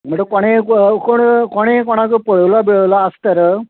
म्हटल्या कोणें क कोण कोणें कोणाक पळयलो बिळयलो आसा तर